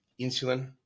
insulin